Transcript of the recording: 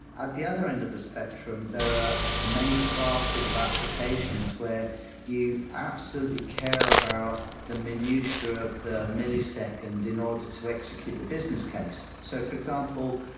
at the other end of the spectrum, there are many classes of applications where you absolutely care about the minutia of the millisecond in order to execute the business case. so for example,